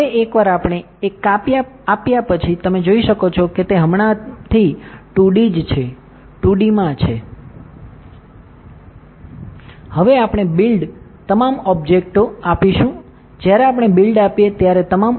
હવે એકવાર આપણે એક આપ્યા પછી તમે જોઈ શકો છો કે તે હમણાંથી 2D જ છે 2D માં છે બરાબર હવે આપણે બિલ્ડ તમામ ઓબ્જેક્ટો આપીશું જ્યારે આપણે બિલ્ડ આપીએ ત્યારે તમામ